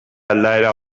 aldaera